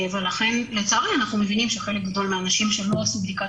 ולכן לצערי אנחנו מבינים שחלק גדול מהאנשים שלא עשו בדיקת